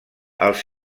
els